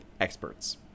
experts